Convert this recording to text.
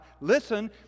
Listen